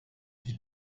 die